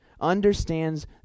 understands